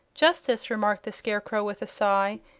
justice, remarked the scarecrow, with a sigh,